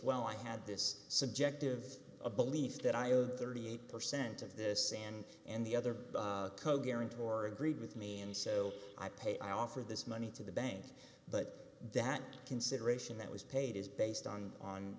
well i had this subjective belief that i owed thirty eight percent of this and and the other guarantor agreed with me and so i pay i offered this money to the bank but that consideration that was paid is based on on